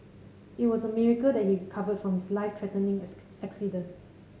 it was a miracle that he recovered from his life threatening accident